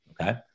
Okay